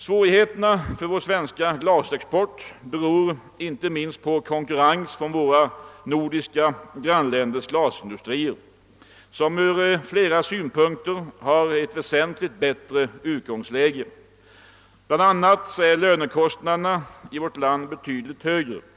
Svårigheterna för vår svenska glasexport beror inte minst på konkurrens från våra nordiska grannländers glas industrier, som ur flera synpunkter har ett väsentligt bättre utgångsläge. Bl. a. är lönekostnaderna i vårt land betydligt högre än deras.